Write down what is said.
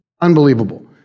unbelievable